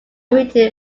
written